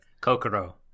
Kokoro